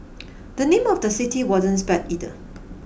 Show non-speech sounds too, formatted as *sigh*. *noise* the name of the city wasn't spared either